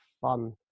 fun